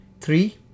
Three